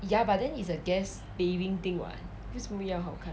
ya but then is a guest living thing [what] 没有这样好看